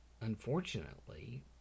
unfortunately